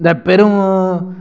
இந்த பெரும்